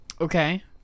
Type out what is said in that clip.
Okay